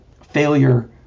failure